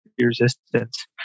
resistance